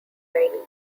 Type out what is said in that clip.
tiny